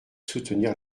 soutenir